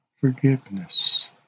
forgiveness